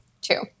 Two